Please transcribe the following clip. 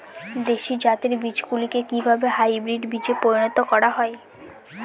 দেশি জাতের বীজগুলিকে কিভাবে হাইব্রিড বীজে পরিণত করা হয়?